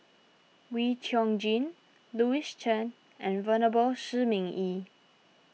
Wee Chong Jin Louis Chen and Venerable Shi Ming Yi